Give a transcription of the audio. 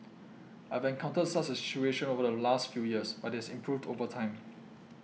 I've encountered such a situation over the last few years but it has improved over time